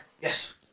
Yes